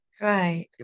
right